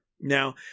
Now